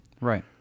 Right